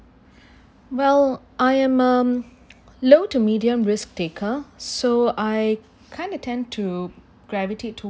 well I am um low to medium risk taker so I kind of tend to gravitate to